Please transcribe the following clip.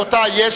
רבותי,